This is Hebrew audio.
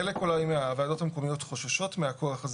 חלק אולי מהוועדות המקומיות חוששות מהכוח הזה.